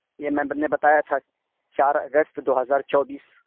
یہ میں نے بتایا تھا چار اگست دو ہزار چوبیس